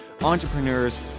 entrepreneurs